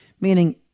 meaning